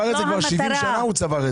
שבעים שנה הוא צבר את זה.